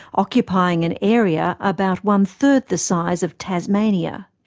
occupying an area about one third the size of tasmania.